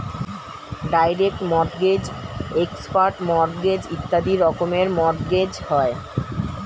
direct mortgage, expert mortgage ইত্যাদি রকমের mortgage হয়